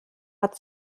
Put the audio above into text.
hat